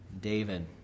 David